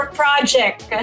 project